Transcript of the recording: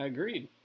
Agreed